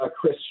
Chris